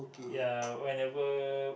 ya whenever